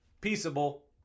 peaceable